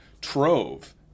trove